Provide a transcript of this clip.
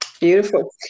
Beautiful